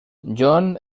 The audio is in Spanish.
john